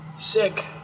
sick